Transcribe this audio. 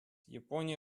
япония